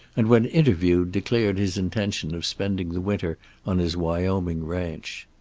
and when interviewed declared his intention of spending the winter on his wyoming ranch.